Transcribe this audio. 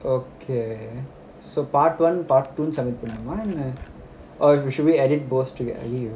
okay so part one part two சொல்ல போறாங்களா இல்ல:solla porangala illa or should we add it both together